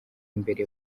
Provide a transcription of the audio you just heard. imbere